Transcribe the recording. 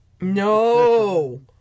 no